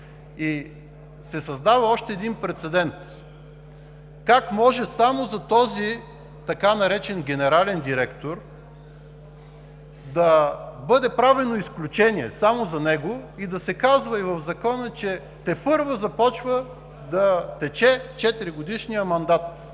Създава се още един прецедент. Как може само за този така наречен генерален директор да бъде правено изключение – само него, и да се казва в Закона, че тепърва започва да тече четиригодишният мандат.